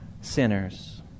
sinners